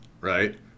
right